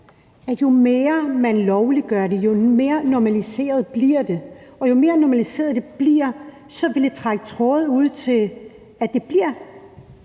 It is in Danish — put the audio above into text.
jo mere man lovliggør det, jo mere normaliseret bliver det, og jo mere normaliseret det bliver, jo mere vil det trække tråde ud, så det bliver